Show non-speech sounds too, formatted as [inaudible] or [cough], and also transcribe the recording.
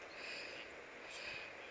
[breath]